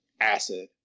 acid